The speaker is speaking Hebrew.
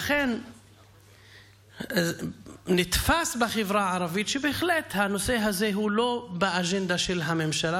לכן נתפס בחברה הערבית שבהחלט הנושא הזה הוא לא באג'נדה של הממשלה.